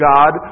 God